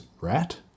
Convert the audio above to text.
Rat